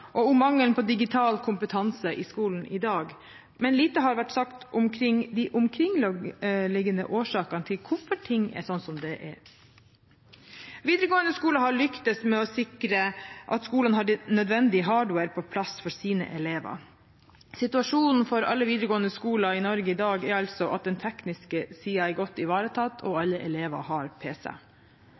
og om mangelen på digital kompetanse i skolen i dag, men lite har vært sagt om de omkringliggende årsakene til at ting er som de er. Videregående skole har lyktes med å sikre at skolen har nødvendig hardware på plass for sine elever. Situasjonen for alle videregående skoler i Norge i dag er altså at den tekniske siden er godt ivaretatt, og alle elever har pc.